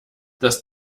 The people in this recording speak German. dass